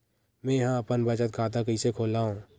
मेंहा अपन बचत खाता कइसे खोलव?